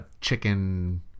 chicken